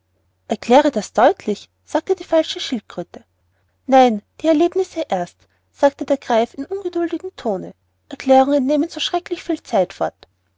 erkläre das deutlich sagte die falsche schildkröte nein die erlebnisse erst sagte der greif in ungeduldigem tone erklärungen nehmen so schrecklich viel zeit fort